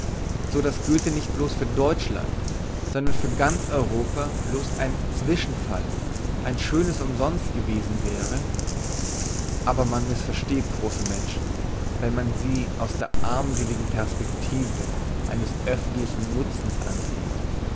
so dass goethe nicht bloss für deutschland sondern für ganz europa bloss ein zwischenfall ein schönes umsonst gewesen wäre aber man missversteht grosse menschen wenn man sie aus der armseligen perspektive eines öffentlichen nutzens ansieht